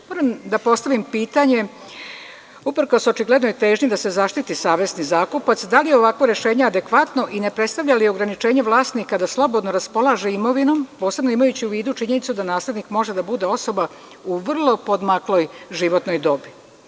Moram da postavim pitanje, uprkos očiglednoj težnji da se zaštiti savesni zakupac, da li je ovakvo rešenje adekvatno i ne predstavlja li ograničenje vlasnika da slobodno raspolaže imovinom, posebno imajući u vidu činjenicu da naslednik može da bude osoba u vrlo poodmakloj životnoj dobi.